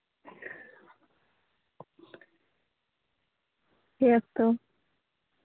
ᱦᱮᱸᱛᱚ